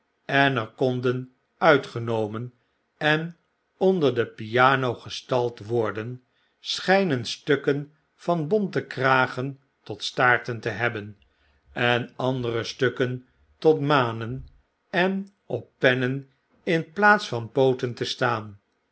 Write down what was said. en er konden uitgenomen en onder de piano gestakl worden schijnen stukken van bonte kragen tot staarten te hebben en andere stukken tot manen en op pennenin plaats van pooten te staan